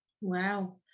Wow